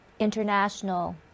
International